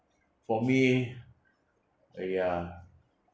for me ya